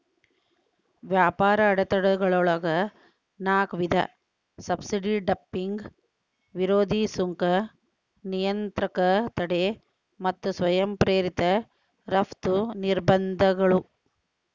ವ್ಯಾಪಾರ ಅಡೆತಡೆಗಳೊಳಗ ನಾಕ್ ವಿಧ ಸಬ್ಸಿಡಿ ಡಂಪಿಂಗ್ ವಿರೋಧಿ ಸುಂಕ ನಿಯಂತ್ರಕ ತಡೆ ಮತ್ತ ಸ್ವಯಂ ಪ್ರೇರಿತ ರಫ್ತು ನಿರ್ಬಂಧಗಳು